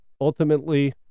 ultimately